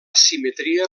simetria